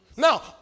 Now